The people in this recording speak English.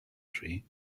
tree